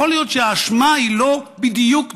יכול להיות שהאשמה היא לא בדיוק דומה,